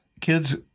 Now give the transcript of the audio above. Kids